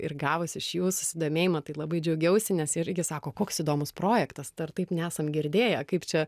ir gavus iš jų susidomėjimą tai labai džiaugiausi nes irgi sako koks įdomus projektas dar taip nesam girdėję kaip čia